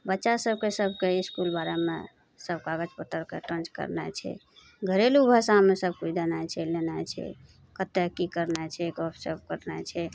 बच्चा सभकेँ सभकेँ इसकुलवलामे सब कागज पत्तरके टञ्च करनाइ छै घरेलू भाषामे सभकोइ देनाइ छै लेनाइ छै कतए कि करनाइ छै गपशप करनाइ छै